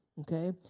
okay